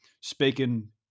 Speaking